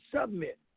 submit